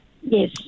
Yes